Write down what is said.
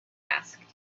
asked